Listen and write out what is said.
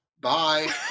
Bye